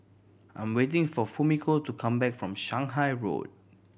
I'm waiting for Fumiko to come back from Shanghai Road